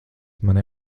mani